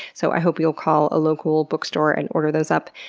so i hope you'll call a local bookstore and order those up.